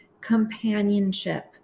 companionship